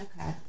Okay